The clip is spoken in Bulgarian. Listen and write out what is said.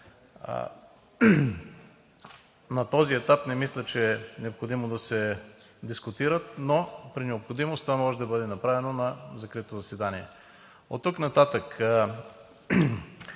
На този етап не мисля, че е необходимо да се дискутират, но при необходимост това може да бъде направено на закрито заседание. Оттук нататък,